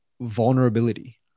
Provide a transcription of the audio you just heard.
vulnerability